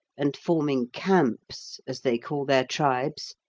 and forming camps as they call their tribes,